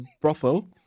brothel